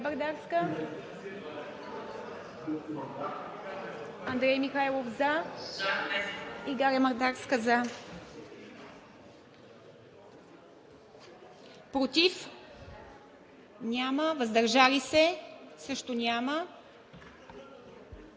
Против? Няма. Въздържали се? Няма.